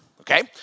Okay